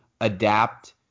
adapt